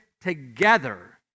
together